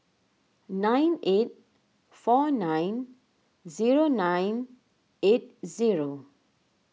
nine eight four nine zero nine eight zero